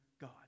God